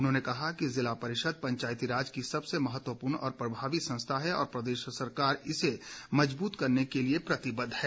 उन्होंने कहा कि जिला परिषद पंचायती राज की सबसे महत्वपूर्ण और प्रभावी संस्था हैं और प्रदेश सरकार इसे मजबूत करने के लिए प्रतिबद्ध है